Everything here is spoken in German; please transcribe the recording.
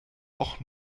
och